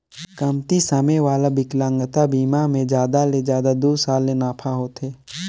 कमती समे वाला बिकलांगता बिमा मे जादा ले जादा दू साल ले नाफा होथे